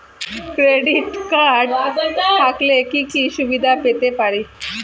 Credit card থাকলে কি কি সুবিধা পেতে পারি?